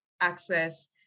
access